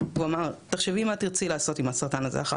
הוא אמר: ״תחשבי מה תרצי לעשות אחר כך עם הסרטן הזה״,